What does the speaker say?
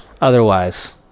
otherwise